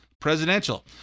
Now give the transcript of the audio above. presidential